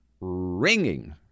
ringing